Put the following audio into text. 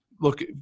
look